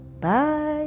Bye